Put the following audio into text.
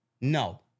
No